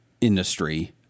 industry